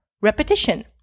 repetition